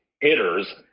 hitters